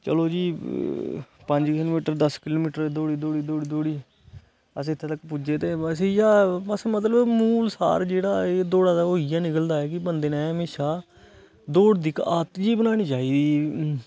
चलो जी पंज किलोमिटर दस किलोमिटर दौड़ी दोडी दोडी अस इत्थे तक पुज्जे ते आसे गी इयै अस मतलब मूल सार इयै निकलदा ऐ बंदे ने हमेशा दोड़ दी आदत जेही बनानी चाहिदी